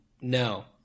no